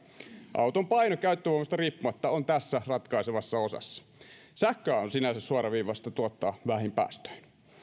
auton paino käyttövoimasta riippumatta on tässä ratkaisevassa osassa sähköä on sinänsä suoraviivaista tuottaa vähin päästöin